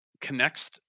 connects